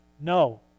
no